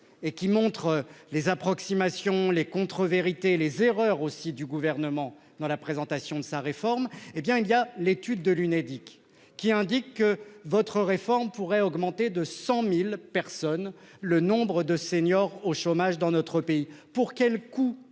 et qui montre les approximations, les contre-vérités les erreurs aussi du gouvernement dans la présentation de sa réforme, hé bien il y a l'étude de l'Unédic qui indique que votre réforme pourrait augmenter de 100.000 personnes le nombre de seniors au chômage dans notre pays pour quel coût